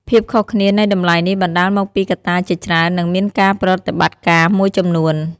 ភាពខុសគ្នានៃតម្លៃនេះបណ្តាលមកពីកត្តាជាច្រើន និងមានការប្រតិបត្តិការមួយចំនួន។